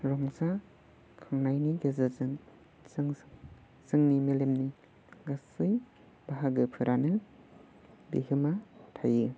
रंजा खांनायनि गेजेरजों जों जोंनि मेलेमनि गासै बाहागोफोरानो बिहोमा थायो